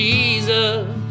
Jesus